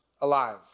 alive